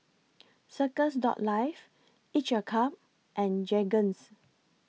Circles Life Each A Cup and Jergens